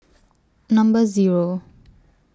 Number Zero